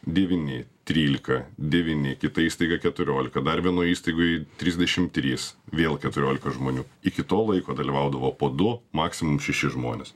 devyni trylika devyni kita įstaiga keturiolika dar vienoj įstaigoje trisdešimt trys vėl keturiolika žmonių iki to laiko dalyvaudavo po du maksimum šeši žmonės